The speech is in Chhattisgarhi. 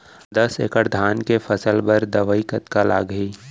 दस एकड़ धान के फसल बर दवई कतका लागही?